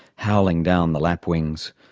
howling down the lapwings.